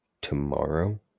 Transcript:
tomorrow